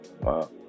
Wow